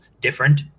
different